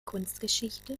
kunstgeschichte